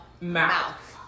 mouth